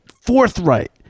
forthright